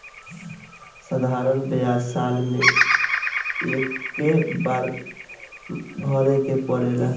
साधारण ब्याज साल मे एक्के बार भरे के पड़ेला